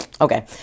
Okay